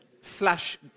slash